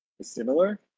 similar